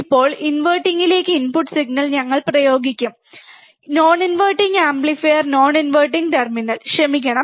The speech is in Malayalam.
ഇപ്പോൾ ഇൻവെർട്ടിംഗിലേക്ക് ഇൻപുട്ട് സിഗ്നൽ ഞങ്ങൾ പ്രയോഗിക്കും amplifier non inverting amplifier non inverting terminal ക്ഷമിക്കണം